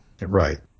Right